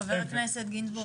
חבר הכנסת גינזבורג,